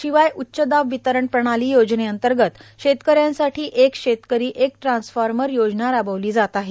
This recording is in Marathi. शिवाय उच्च दाब वितरण प्रणाली योजनेअंतर्गत शेतकऱ्यांसाठी एक शेतकरी एक ट्रान्सफॉर्मर योजना राबविली जात आहे